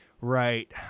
Right